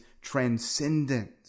transcendent